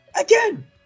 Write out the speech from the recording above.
Again